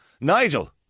Nigel